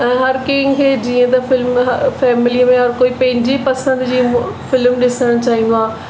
हर कंहिंखे जीअं त फिल्म ह फैमिलअ में हर कोई पंहिंजे पसंदि जी उहा फिल्म ॾिसणु चाहींदो आहे